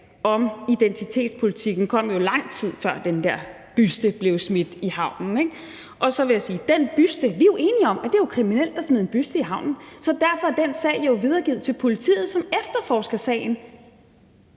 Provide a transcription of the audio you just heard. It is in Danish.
om identitetspolitik jo kom, lang tid før den der buste blev smidt i havnen. Og i forhold til den buste vil jeg sige, at vi jo er enige om, at det er kriminelt at smide en buste i havnen. Så derfor er den sag jo videregivet til politiet, som efterforsker sagen.